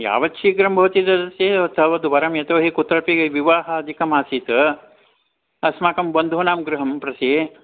यावत् शीघ्रं भवति तावद् वरं यतो हि कुत्रापि विवाहादिकम् आसीत् अस्माकं बन्धूनां गृहे प्रसि